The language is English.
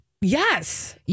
Yes